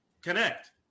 connect